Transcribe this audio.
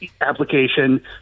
application